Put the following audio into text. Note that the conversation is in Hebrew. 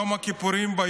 ביום הכיפורים,